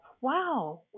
wow